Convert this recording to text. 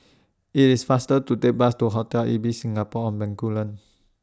IT IS faster to Take Bus to Hotel Ibis Singapore on Bencoolen